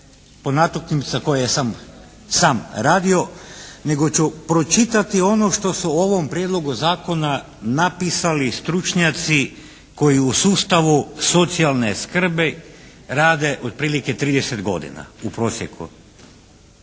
po natuknicama koje sam sam radio nego ću pročitati ono što su o ovom Prijedlogu zakona napisali stručnjaci koji u sustavu socijalne skrbi rade otprilike 30 godina u prosjeku.